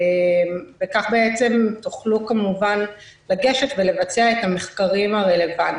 וכך תוכלו כמובן לגשת ולבצע את המחקרים הרלוונטיים.